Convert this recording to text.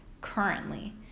currently